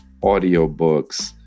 audiobooks